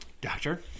Doctor